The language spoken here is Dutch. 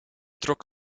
trok